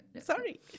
sorry